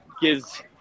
gives